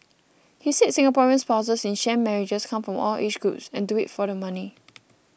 he said Singaporean spouses in sham marriages come from all age groups and do it for the money